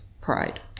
pride